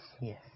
Yes